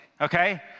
okay